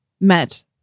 met